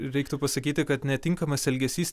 reiktų pasakyti kad netinkamas elgesys